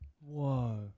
whoa